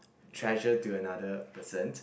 treasure to another person